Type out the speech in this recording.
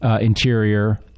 interior